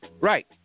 Right